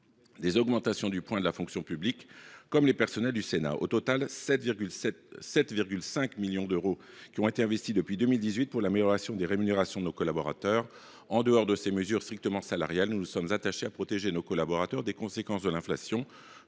des augmentations du point de la fonction publique, comme les personnels du Sénat. Au total, 7,5 millions d’euros ont été investis depuis 2018 pour l’amélioration des rémunérations de nos collaborateurs. En dehors de ces mesures strictement salariales, nous nous sommes attachés à protéger ces derniers des conséquences de l’inflation.